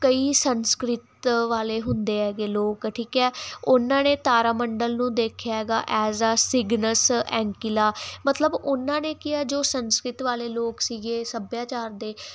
ਕਈ ਸੰਨਸਕ੍ਰਿਤ ਵਾਲੇ ਹੁੰਦੇ ਹੈਗੇ ਲੋਕ ਠੀਕ ਹ ਉਹਨਾਂ ਨੇ ਤਾਰਾ ਮੰਡਲ ਨੂੰ ਦੇਖਿਆ ਹੈਗਾ as uh Cygnus and Aquila ਮਤਲਬ ਉਹਨਾਂ ਨੇ ਕਿਹਾ ਜੋ ਸੰਸਕ੍ਰਿਤ ਵਾਲੇ ਲੋਕ ਸੀਗੇ ਸੱਭਿਆਚਾਰ ਦੇ